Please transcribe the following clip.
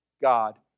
God